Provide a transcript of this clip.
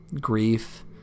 grief